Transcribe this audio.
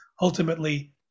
ultimately